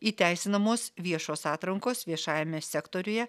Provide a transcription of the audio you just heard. įteisinamos viešos atrankos viešajame sektoriuje